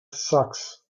sucks